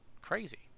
crazy